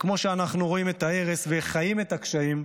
וכמו שאנחנו רואים את ההרס וחיים את הקשיים,